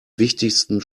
wichtigsten